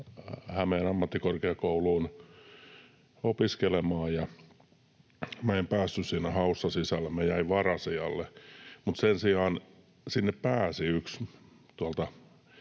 Hämeen ammattikorkeakouluun opiskelemaan. Minä en päässyt siinä haussa sisälle, minä jäin varasijalle, mutta sen sijaan sinne pääsi